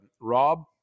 Rob